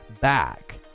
back